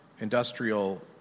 industrial